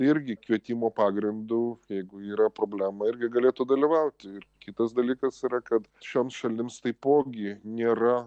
irgi kvietimo pagrindu jeigu yra problema irgi galėtų dalyvauti ir kitas dalykas yra kad šioms šalims taipogi nėra